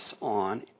on